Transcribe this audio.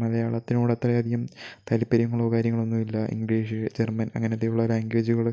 മലയാളത്തിനോട് അത്ര അധികം താത്പര്യങ്ങളോ കാര്യങ്ങളോ ഒന്നും ഇല്ല ഇംഗ്ലീഷ് ജർമ്മൻ അങ്ങനത്തെയുള്ള ലാംഗ്വേജുകൾ